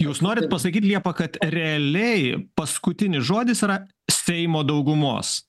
jūs norit pasakyt liepa kad realiai paskutinis žodis yra seimo daugumos